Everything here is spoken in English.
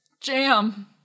Jam